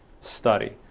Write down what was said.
study